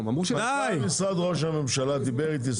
מנכ"ל משרד ראש הממשלה דיבר איתי,